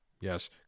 Yes